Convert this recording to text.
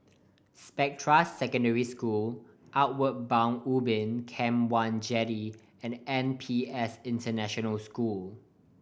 Spectra Secondary School Outward Bound Ubin Camp One Jetty and N P S International School